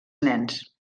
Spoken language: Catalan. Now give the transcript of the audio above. nens